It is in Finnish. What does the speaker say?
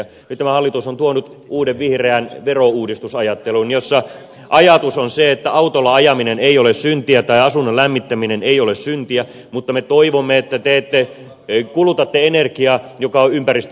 nyt tämä hallitus on tuonut uuden vihreän verouudistusajattelun jossa ajatus on se että autolla ajaminen ei ole syntiä tai asunnon lämmittäminen ei ole syntiä mutta me toivomme että te kulutatte energiaa joka on mahdollisimman ympäristöystävällistä